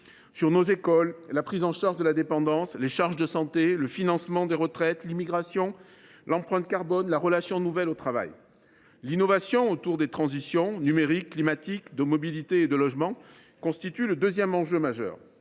sur nos écoles, la prise en charge de la dépendance, les charges de santé, le financement des retraites, l’immigration, l’empreinte carbone, la relation nouvelle au travail, etc. L’innovation autour des transitions – on peut parler du numérique, du dérèglement climatique, des mobilités ou du logement – constitue le deuxième enjeu majeur.